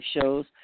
shows